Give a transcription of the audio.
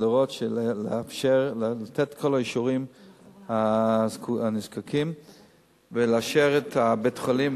לתת את כל האישורים הדרושים ולאשר את בית-החולים,